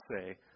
say